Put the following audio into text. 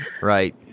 Right